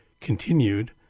continued